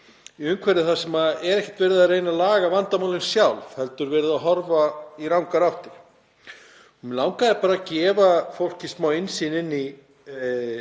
í umhverfi þar sem er ekkert verið að reyna að laga vandamálin sjálf heldur verið að horfa í rangar áttir. Mig langaði bara að gefa fólki smá innsýn inn í